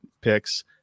picks